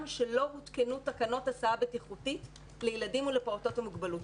שלא הותקנו תקנות הסעה בטיחות לילדים ולפעוטות עם מוגבלות.